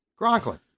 Gronklin